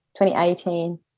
2018